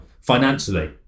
Financially